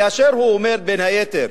כאשר הוא אומר, בין היתר,